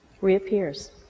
reappears